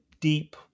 deep